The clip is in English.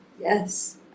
yes